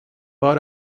war